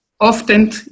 often